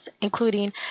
including